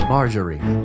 Marjorie